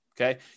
okay